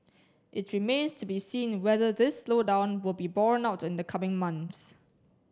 it remains to be seen whether this slowdown will be borne out in the coming months